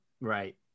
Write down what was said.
Right